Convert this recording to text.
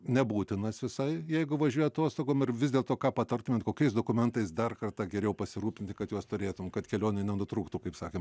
nebūtinas visai jeigu važiuoja atostogom ir vis dėlto ką patartumėt kokiais dokumentais dar kartą geriau pasirūpinti kad juos turėtum kad kelionė nutrūktų kaip sakant